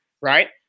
Right